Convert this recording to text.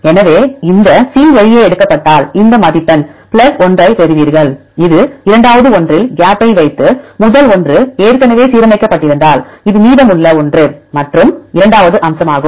எனவே இந்த C வெளியே எடுக்கப்பட்டால் இந்த மதிப்பெண் 1 ஐப் பெறுவீர்கள் இது இரண்டாவது ஒன்றில் கேப்பை வைத்து முதல் ஒன்று ஏற்கனவே சீரமைக்கப்பட்டிருந்தால் இது மீதமுள்ள ஒன்று மற்றும் இரண்டாவது அம்சமாகும்